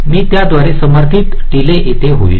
मी द्वारा समर्थित येथे डीले होईल